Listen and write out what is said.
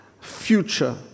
future